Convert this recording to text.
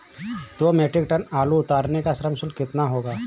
दो metric ton आलू उतारने का श्रम शुल्क कितना होगा?